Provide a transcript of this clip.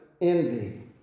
envy